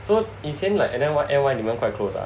so insane like and then what and N_Y quite close ah